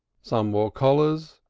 some wore collars,